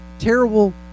terrible